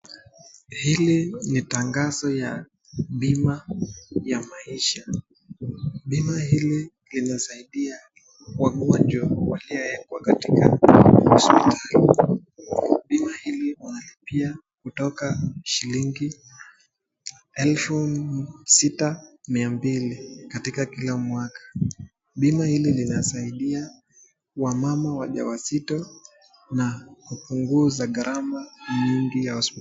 Hili ni tangazo la bima ya maisha. Bima hili linasaidia wagonjwa wakiwa katika hosipitali. Bima hili unalipia kutoka shilingi elfu sita mia mbili katika kila mwaka. Bima hili linasaidia wamama wajawazito na hupunguza gharama mingi ya hosipitali.